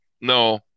No